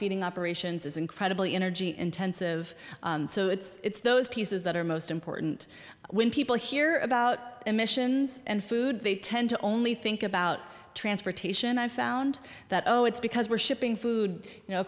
feeding operations is incredibly energy intensive so it's those pieces that are most important when people hear about emissions and food they tend to only think about transportation i found that oh it's because we're shipping food you know